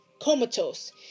comatose